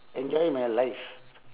enjoy my life